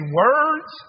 words